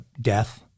death